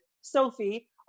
sophie